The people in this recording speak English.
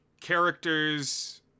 characters